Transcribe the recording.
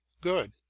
good